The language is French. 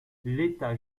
l’état